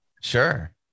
Sure